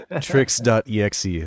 Tricks.exe